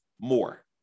more